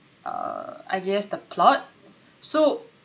uh I guess the plot so